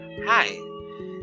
Hi